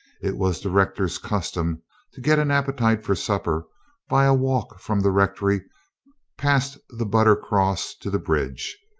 it was the rector's custom to get an appetite for supper by a walk from the rectory past the but ter cross to the bridge,